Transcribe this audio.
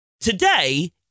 Today